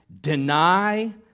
Deny